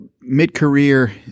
mid-career